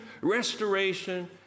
restoration